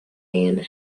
and